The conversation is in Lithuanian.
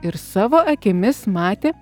ir savo akimis matė